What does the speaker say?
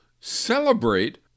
celebrate